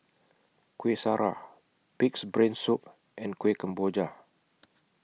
Kueh Syara Pig'S Brain Soup and Kuih Kemboja